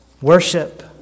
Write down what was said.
worship